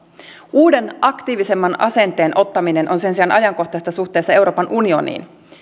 uuden aktiivisemman asenteen ottaminen on sen sijaan ajankohtaista suhteessa euroopan unioniin